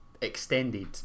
extended